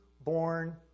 born